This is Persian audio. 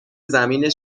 زمین